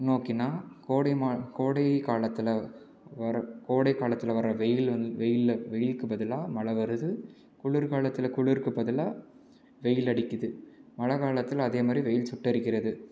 நோக்கினால் கோடை மா கோடைகாலத்தில் வர்ற கோடை காலத்தில் வர்ற வெயில் வந்து வெயிலில் வெயிலுக்கு பதிலாக மழை வருது குளிர்காலத்தில் குளிருக்கு பதிலாக வெயில் அடிக்குது மழை காலத்தில் அதேமாதிரி வெயில் சுட்டெரிக்கிறது